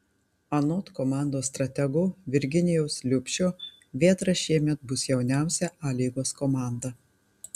anot komandos stratego virginijaus liubšio vėtra šiemet bus jauniausia a lygos komanda